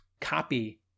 copy